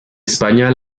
españa